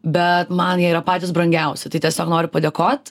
bet man jie yra patys brangiausi tai tiesiog noriu padėkot